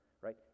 right